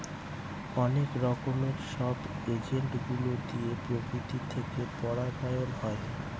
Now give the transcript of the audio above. অনেক রকমের সব এজেন্ট গুলো দিয়ে প্রকৃতি থেকে পরাগায়ন হয়